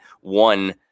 one